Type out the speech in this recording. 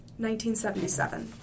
1977